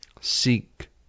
seek